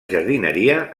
jardineria